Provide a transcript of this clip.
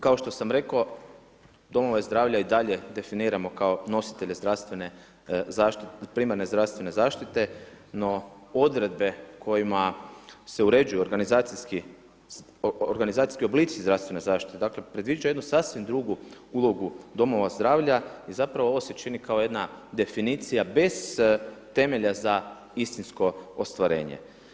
Kao što sam rekao, domove zdravlja i dalje definiramo kao nositelje primarne zdravstvene zaštite no odredbe kojima se uređuje organizacijski oblici zdravstvene zaštite predviđa jednu sasvim drugu ulogu domova zdravlja i zapravo ovo se čini kao jedna definicija bez temelja za istinsko ostvarenje.